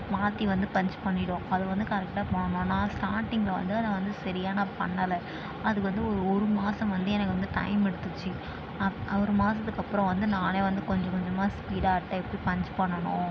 மாற்றி வந்து பன்ச் பண்ணிவிடும் அது வந்து கரெக்டாக பண்ணும் நான் ஸ்டார்டிங்கில் வந்து நான் வந்து சரியாக நான் பண்ணலை அதுக்கு வந்து ஒரு ஒரு மாதம் வந்து எனக்கு வந்து டைம் எடுத்துக்கிச்சி அப் ஒரு மாதத்துக்கு அப்புறம் வந்து நானே வந்து கொஞ்சம் கொஞ்சமாக ஸ்பீடாக அட்டையை எப்படி பன்ச் பண்ணணும்